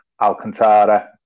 Alcantara